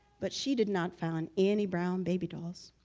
but she did not found any brown baby dolls